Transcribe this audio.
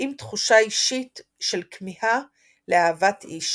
מבטאים תחושה אישית של כמיהה לאהבת איש,